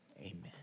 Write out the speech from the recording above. amen